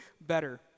better